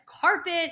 carpet